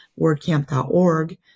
wordcamp.org